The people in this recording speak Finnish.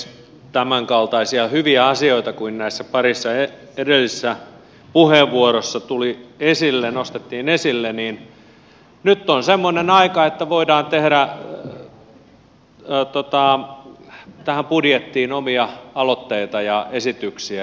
kun on nostettu esille tämänkaltaisia hyviä asioita kuin näissä parissa edellisessä puheenvuorossa nostettiin niin nyt on semmoinen aika että voidaan tehdä budjettiin omia aloitteita ja esityksiä